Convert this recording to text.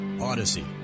Odyssey